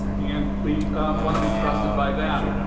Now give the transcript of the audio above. and we want to be trusted by them.